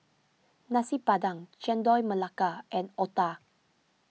Nasi Padang Chendol Melaka and Otah